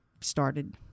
started